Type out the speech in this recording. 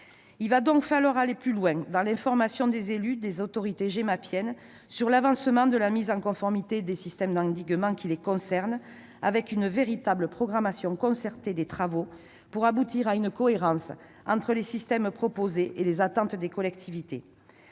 Il va donc falloir aller plus loin dans l'information des élus des autorités « gemapiennes » sur l'avancement de la mise en conformité des systèmes d'endiguement qui les concernent, avec une véritable programmation concertée des travaux pour aboutir à une cohérence entre les systèmes proposés et les attentes des collectivités.